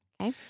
Okay